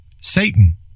Satan